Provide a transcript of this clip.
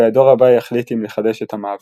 "והדור הבא יחליט אם לחדש את המאבק".